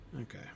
Okay